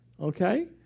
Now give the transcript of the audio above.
Okay